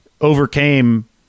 overcame